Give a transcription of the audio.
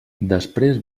després